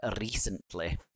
recently